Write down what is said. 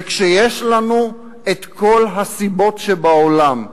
וכשיש לנו כל הסיבות שבעולם,